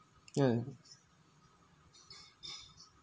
ya